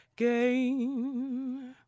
game